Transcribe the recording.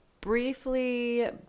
briefly